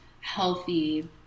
healthy